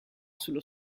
sullo